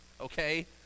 okay